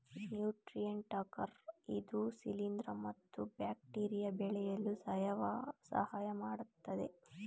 nutrient agar ಇದು ಶಿಲಿಂದ್ರ ಮತ್ತು ಬ್ಯಾಕ್ಟೀರಿಯಾ ಬೆಳೆಯಲು ಸಹಾಯಮಾಡತ್ತದೆ